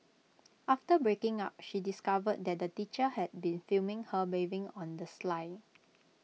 after breaking up she discovered that the teacher had been filming her bathing on the sly